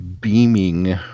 beaming